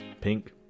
pink